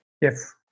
yes